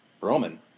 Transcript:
Roman